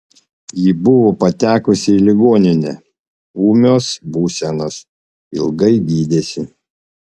ji buvo patekusi į ligoninę ūmios būsenos ilgai gydėsi